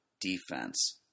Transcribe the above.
defense